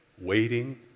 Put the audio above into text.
Waiting